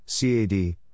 CAD